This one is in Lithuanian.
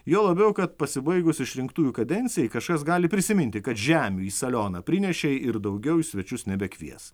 juo labiau kad pasibaigus išrinktųjų kadencijai kažkas gali prisiminti kad žemių į salioną prinešei ir daugiau į svečius nebekvies